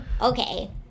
Okay